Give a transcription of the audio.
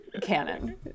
canon